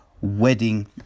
Wedding